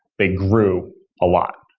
they grew a lot.